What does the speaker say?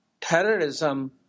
terrorism